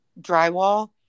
drywall